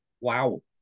Wow